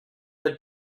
but